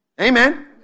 Amen